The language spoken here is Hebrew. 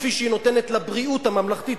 כפי שהיא נותנת לבריאות הממלכתית,